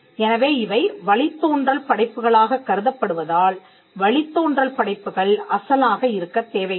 எனவே இவை வழித்தோன்றல் படைப்புகளாகக் கருதப்படுவதால் வழித்தோன்றல் படைப்புக்கள் அசலாக இருக்கத் தேவையில்லை